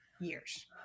years